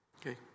Okay